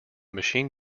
machine